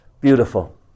Beautiful